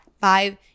five